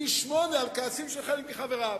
פי-שמונה על כעסים של חלק מחבריו.